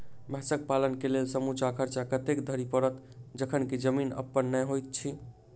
भैंसक पालन केँ लेल समूचा खर्चा कतेक धरि पड़त? जखन की जमीन अप्पन नै होइत छी